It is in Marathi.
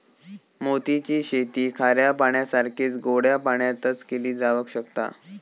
मोती ची शेती खाऱ्या पाण्यासारखीच गोड्या पाण्यातय केली जावक शकता